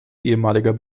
ehemaliger